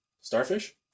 starfish